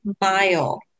mile